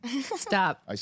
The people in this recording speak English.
Stop